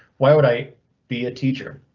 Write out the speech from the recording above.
why would i be a teacher?